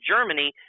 Germany